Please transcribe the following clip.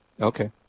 Okay